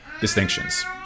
distinctions